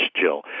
Jill